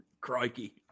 Crikey